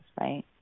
right